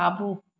खाॿो